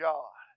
God